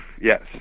yes